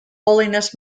holiness